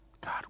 God